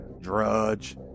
Drudge